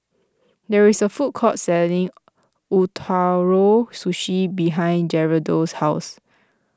there is a food court selling Ootoro Sushi behind Gerardo's house